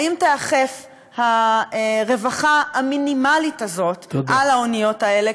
האם תיאכף הרווחה המינימלית הזאת על האוניות האלה,